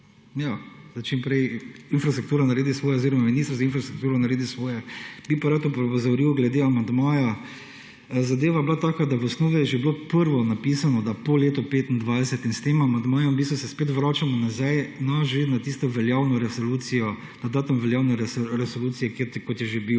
da čim prej infrastruktura naredi svoje oziroma minister za infrastrukturo naredi svoje. Bi pa rad opozoril glede amandmaja. Zadeva je bila taka, da v osnovi je že bilo prvo napisano, da po letu 2025 in s tem amandmajem v bistvu se spet vračamo nazaj, na že na tisto veljavno resolucijo, na datum veljavne resolucije, kot je že bil.